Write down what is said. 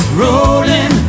rolling